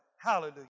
Hallelujah